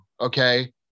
okay